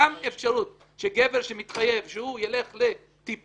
גם אפשרות שגבר שמתחייב שהוא ילך לטיפול,